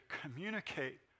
communicate